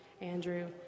Andrew